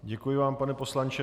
Děkuji vám, pane poslanče.